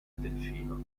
delfino